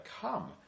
Come